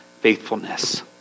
faithfulness